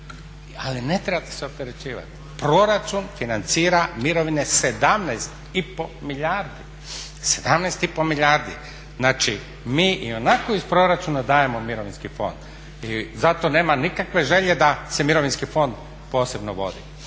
Ali ne trebate se opterećivat. Proračun financira mirovine 17 i pol milijardi. Znači, mi ionako iz proračuna dajemo u Mirovinski fond. I zato nema nikakve želje da se Mirovinski fond posebno vodi.